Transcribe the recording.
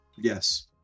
Yes